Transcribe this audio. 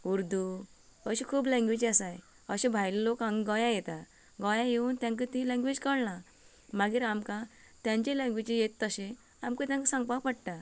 उर्दू अशी खूब लॅंग्वेजी आसाय अशें भायले लोक हांगा गोंयात येतात गोंयात येवून तेंकां तीं लॅंग्वेज कळना मागीर आमकां तेंचे लॅंग्वेजी येता तशें आमकां तेंकां सांगपा पडटा